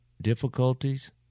difficulties